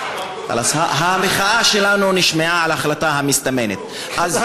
המחאה שלנו על ההחלטה המסתמנת נשמעה.